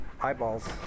eyeballs